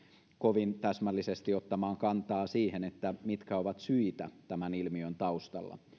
kovin täsmällisesti ottamaan kantaa siihen mitkä ovat syitä tämän ilmiön taustalla